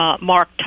Mark